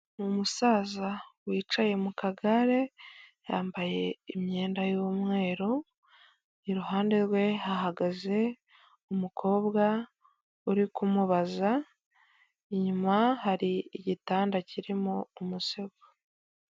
Umusaza wicaye mu kagare yambaye imyenda y'umweru, iruhande rwe hahagaze umukobwa uri kumubaza, inyuma hari igitanda kirimo umusego.